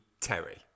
Terry